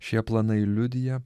šie planai liudija